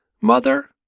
Mother